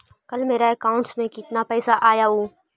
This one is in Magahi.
कल मेरा अकाउंटस में कितना पैसा आया ऊ?